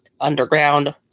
underground